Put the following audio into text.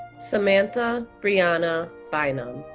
samantha breonna bynum.